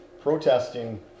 protesting